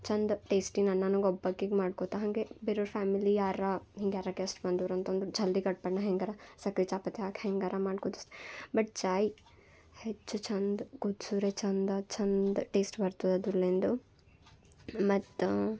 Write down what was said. ಚಂದ ಟೇಸ್ಟಿ ನಾನು ನನಗೊಬ್ಬಾಕಿಗೆ ಮಾಡ್ಕೋತ ಹಾಗೆ ಬೇರೆವ್ರ ಫ್ಯಾಮಿಲಿ ಯಾರರ ಹಿಂಗೆ ಯಾರ ಗೆಸ್ಟ್ ಬಂದುರು ಅಂತಂದ್ರೆ ಜಲ್ದಿ ಗಡ್ಬಡ್ನ ಹೆಂಗಾರ ಸಕ್ರೆ ಚಾಪತ್ತಿ ಹಾಕಿ ಹೆಂಗಾರ ಮಾಡಿ ಕುದ್ಸಿ ಬಟ್ ಚಾಯಿ ಹೆಚ್ಚು ಛಂದ ಕುದ್ಸುದ್ರೆ ಚಂದ ಚಂದ ಟೇಸ್ಟ್ ಬರ್ತದೆ ಅದರ್ಲಿಂದು ಮತ್ತೆ